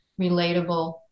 relatable